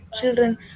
children